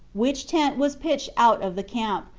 which tent was pitched out of the camp,